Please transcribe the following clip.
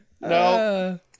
No